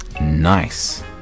Nice